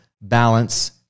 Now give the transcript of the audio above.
balance